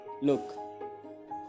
Look